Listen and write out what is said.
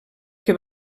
que